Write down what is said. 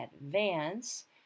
advance